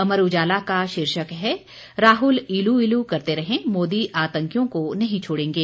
अमर उजाला का शीर्षक है राहुल इलू इलू करते रहें मोदी आतंकियों को नहीं छोड़ेंगे